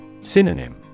Synonym